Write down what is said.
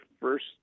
first